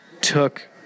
took